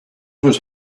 was